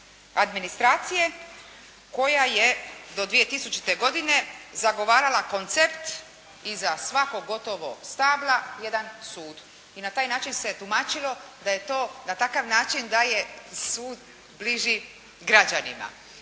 administracije koja je do 2000. godine zagovarala koncept iza svakog gotovog stabla jedan sud i na taj način se tumačilo da je to na takav način da je sud bliži građanima.